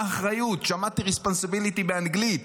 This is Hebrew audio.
"אחריות"; שמעתי responsibility באנגלית,